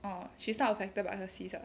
orh she's not affected by her sis ah